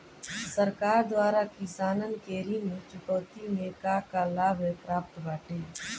सरकार द्वारा किसानन के ऋण चुकौती में का का लाभ प्राप्त बाटे?